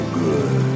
good